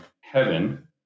heaven